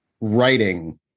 writing